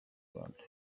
rwanda